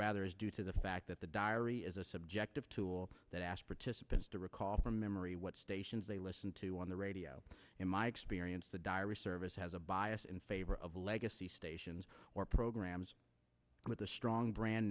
rather is due to the fact that the diary is a subject tool that asked for to supposed to recall from memory what stations they listen to on the radio in my experience the diary service has a bias in favor of legacy stations or programs with a strong brand